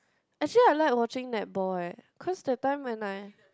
actually I like watching netball leh cause that time when I